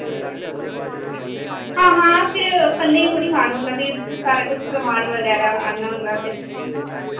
हां हां फिर कल्ले थोह्ड़ी गान होंदा फ्ही सारा कुछ समान बगैरा आह्नना होंदा ते